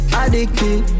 addicted